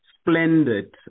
splendid